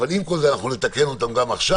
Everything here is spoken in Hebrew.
אבל עם כל זה אנחנו נתקן אותן גם עכשיו,